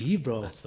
bro